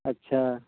اچھا